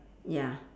ya